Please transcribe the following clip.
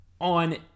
on